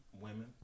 women